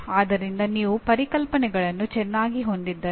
ಆದ್ದರಿಂದ ನೀವು ಹಾಗೇ ವರ್ತಿಸಬೇಕು